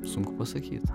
sunku pasakyt